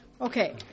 Okay